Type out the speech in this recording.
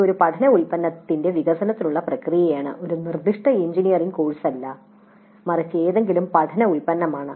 ഇത് ഒരു പഠന ഉൽപ്പന്നത്തിന്റെ വികസനത്തിനുള്ള ഒരു പ്രക്രിയയാണ് ഒരു നിർദ്ദിഷ്ട എഞ്ചിനീയറിംഗ് കോഴ്സല്ല മറിച്ച് ഏതെങ്കിലും പഠന ഉൽപ്പന്നമാണ്